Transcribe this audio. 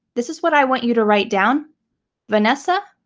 this is what i want you to write down vanessa,